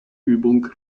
übung